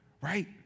right